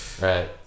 Right